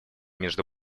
между